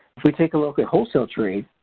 if we take a look at wholesale trade,